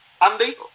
Andy